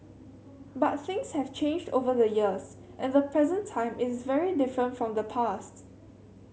but things have changed over the years and the present time is very different from the past